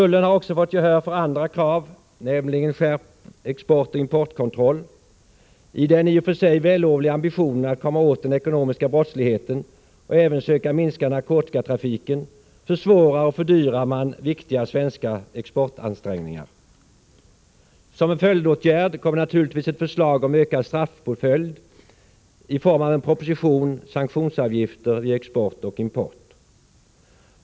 Tullen har också fått gehör för andra krav, nämligen kraven på skärpt exportoch importkontroll. I den i och för sig vällovliga ambitionen att komma åt den ekonomiska brottsligheten och även söka minska narkotikatrafiken försvårar och fördyrar man viktiga svenska exportansträngningar. Som en följdåtgärd kom naturligtvis ett förslag om ökad straffpåföljd, framlagt i form av en proposition om sanktionsavgifter vid överträdelser av importoch exportregleringar.